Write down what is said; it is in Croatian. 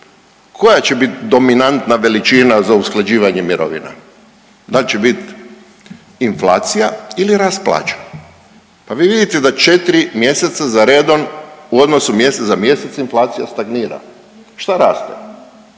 koja će biti dominantna veličina za usklađivanje mirovina? Da li će biti inflacija ili rast plaća? Pa vi vidite da 4 mjeseca za redom u odnosu mjesec za mjesec inflacija stagnira. Šta raste?